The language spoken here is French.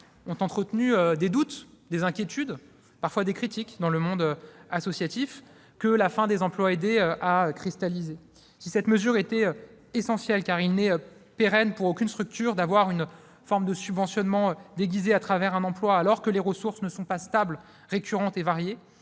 ont entretenu des doutes, des inquiétudes, parfois des critiques, dans le monde associatif, que la fin des emplois aidés a cristallisés. Cette mesure était essentielle, car il n'est pérenne pour aucune structure de bénéficier d'une forme de subventionnement déguisé, au travers d'un emploi, alors que les ressources ne sont ni stables, ni récurrentes, ni variées.